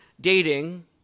dating